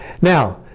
Now